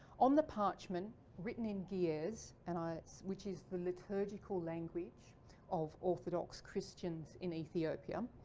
on the parchment written in ge'ez and i. which is the liturgical language of orthodox christians in ethiopia.